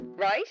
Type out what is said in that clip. Right